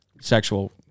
sexual